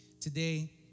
Today